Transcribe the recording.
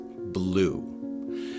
blue